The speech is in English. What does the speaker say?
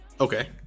Okay